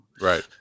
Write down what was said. Right